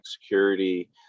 security